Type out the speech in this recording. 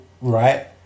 right